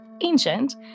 ancient